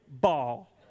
ball